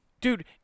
Dude